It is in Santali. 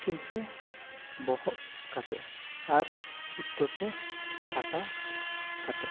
ᱫᱟᱹᱠᱷᱤᱱ ᱥᱮᱫ ᱵᱚᱦᱚᱜ ᱠᱟᱛᱮ ᱟᱨ ᱩᱛᱛᱚᱨ ᱥᱮᱫ ᱠᱟᱴᱟ ᱠᱟᱛᱮ